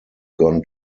gone